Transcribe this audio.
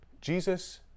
Jesus